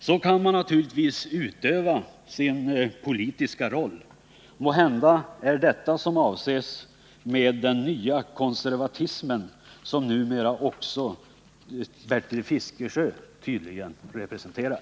Så kan man naturligtvis utöva sin politikergärning. Måhända är det detta som avses med den nya konservatismen, som numera tydligen också Bertil Fiskesjö representerar.